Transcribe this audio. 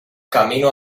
camino